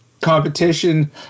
competition